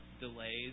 delays